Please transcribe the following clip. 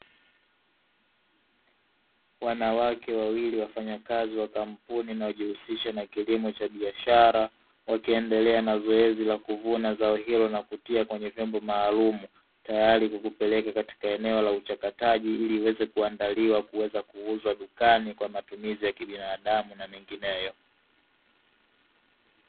Wanawake wawili wafanyakazi wa kampuni inayojihusisha na kilimo cha biashara wakiendelea na zoezi la kuvuna zao hilo na kutia kwenye vyombo maalumu, tayari kupeleka katika eneo la uchakataji ili iweze kuandaliwa kuweza kuuzwa dukani kwa matumizi ya kibinadamu na mengineyo.